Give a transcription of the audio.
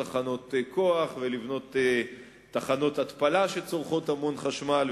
תחנות כוח ותחנות התפלה שצורכות המון חשמל,